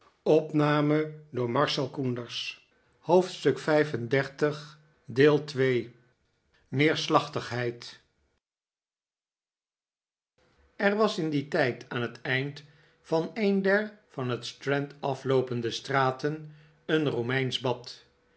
er was in dien tijd aan het eind van een dcr van het strand afloopende straten een romeinsch bad